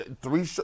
three